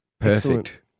Perfect